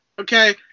okay